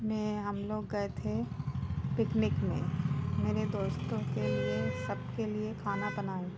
मे हम लोग गए थे पिकनिक में मेरे दोस्तों के लिए सबके लिए खाना बनाई